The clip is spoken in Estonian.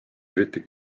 eriti